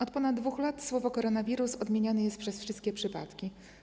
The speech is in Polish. Od ponad 2 lat słowo „koronawirus” odmieniane jest przez wszystkie przypadki.